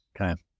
Okay